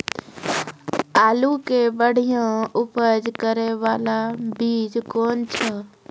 आलू के बढ़िया उपज करे बाला बीज कौन छ?